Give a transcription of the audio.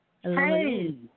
Hey